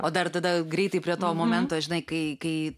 o dar tada greitai prie to momento žinai kai kai